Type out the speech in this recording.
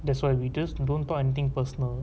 that's why we just don't talk anything personal